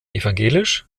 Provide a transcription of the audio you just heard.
evangelisch